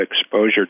exposure